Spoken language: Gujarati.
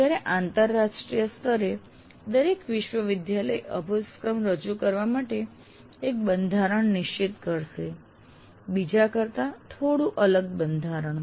જ્યારે આંતરરાષ્ટ્રીય સ્તરે દરેક વિશ્વવિદ્યાલય અભ્યાસક્રમ રજૂ કરવા માટે એક બંધારણ નિશ્ચિત કરશે બીજા કરતા થોડું અલગ બંધારણ